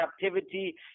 captivity